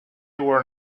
were